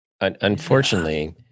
unfortunately